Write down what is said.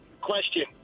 question